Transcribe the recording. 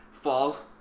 falls